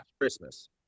Christmas